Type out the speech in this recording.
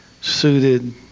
suited